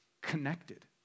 connected